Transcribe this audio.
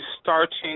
starting